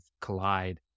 collide